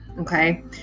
Okay